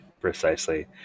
precisely